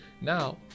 now